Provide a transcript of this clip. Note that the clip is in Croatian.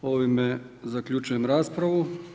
Ovime zaključujem raspravu.